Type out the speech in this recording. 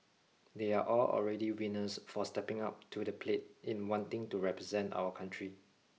they are all already winners for stepping up to the plate in wanting to represent our country